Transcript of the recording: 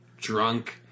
drunk